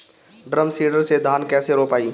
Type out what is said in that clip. Drum seeder से धान कैसे रोपाई?